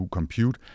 Compute